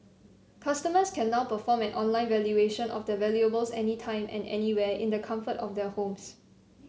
customers can now perform an online valuation of their valuables any time and anywhere in the comfort of their homes